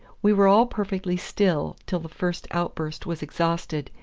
we were all perfectly still till the first outburst was exhausted,